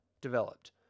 developed